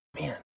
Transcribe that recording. man